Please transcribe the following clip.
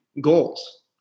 goals